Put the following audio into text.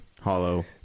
Hollow